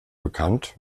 bekannt